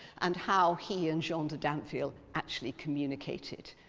and how he and jean de dinteville actually communicated.